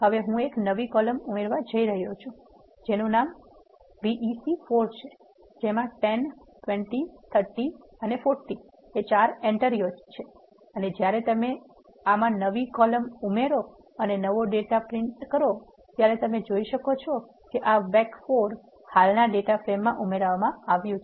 હવે હું એક નવી કોલમ ઉમેરવા જઇ રહ્યો છું જેનુ નામ Vec4 છે જેમાં 10 20 30 40 એન્ટ્રિઓ છે અને જ્યારે તમે આમાં નવી કોલમ ઉમેરો અને નવો ડેટા ફ્રેમ છાપશો ત્યારે તમે જોઈ શકો છો કે આ vec4 હાલના ડેટા ફ્રેમમાં ઉમેરવામાં આવ્યું છે